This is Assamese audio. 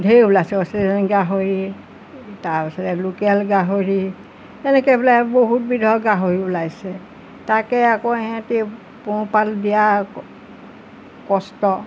ধেৰ ওলাইছে অষ্ট্ৰেলিয়ান গাহৰি তাৰপিছতে লোকেল গাহৰি তেনেকে পেলাই বহুত বিধৰ গাহৰি ওলাইছে তাকে আকৌ সিহঁতি পোহপাল দিয়া কষ্ট